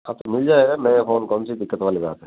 हाँ तो मिल जाएगा नया फ़ोन कौनसी दिक्कत वाली बात है